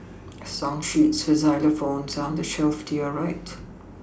song sheets for xylophones are on the shelf to your right